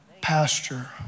pasture